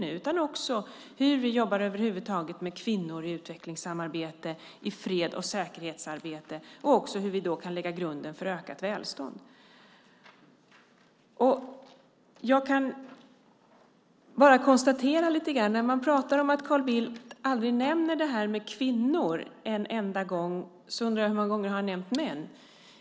Det gäller också hur vi jobbar över huvud taget med kvinnor i utvecklingssamarbete i fred och säkerhetsarbete och hur vi då kan lägga grunden för ökat välstånd. När man talar om att Carl Bildt inte nämner kvinnor en enda gång undrar jag hur många gånger som han har nämnt män.